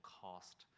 cost